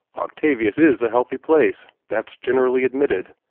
octavius is a healthy place that's generally admitted,